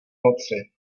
noci